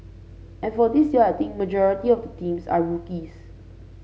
and for this year I think majority of the teams are rookies